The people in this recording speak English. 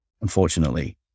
unfortunately